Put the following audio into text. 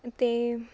ਅਤੇ